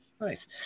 Nice